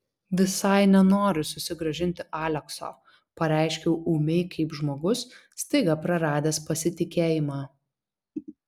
visai nenoriu susigrąžinti alekso pareiškiau ūmiai kaip žmogus staiga praradęs pasitikėjimą